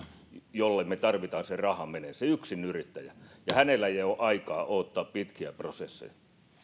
jolle me tarvitsemme sen rahan menevän ja hänellä ei ole aikaa odottaa pitkiä prosesseja